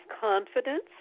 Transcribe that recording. confidence